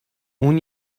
اون